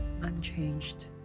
unchanged